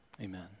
amen